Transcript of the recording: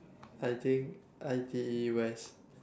I think I_T_E West